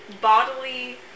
bodily